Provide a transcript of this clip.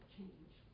change